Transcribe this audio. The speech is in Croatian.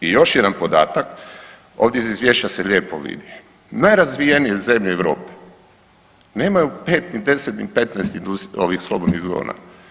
I još jedan podatak, ovdje iz Izvješća se lijepo vidi, najrazvijenije zemlje Europe nemaju 5 ni 10 ni 15 .../nerazumljivo/... ovih slobodnih zona.